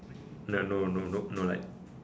no no no no no light